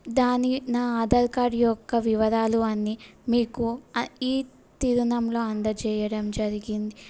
దాని నా ఆధార్ కార్డ్ యొక్క వివరాలు అన్నీ మీకు ఈ తిరుణంలో అందచేయడం జరిగింది